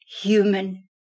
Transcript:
human